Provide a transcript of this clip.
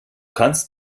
kannst